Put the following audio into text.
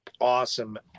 awesome